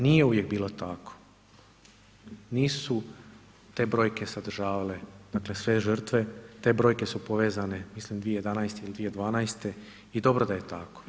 Nije uvijek bilo tako, nisu te brojke sadržavale dakle sve žrtve, te brojke su povezane mislim 2011. ili 2012. i dobro da je tako.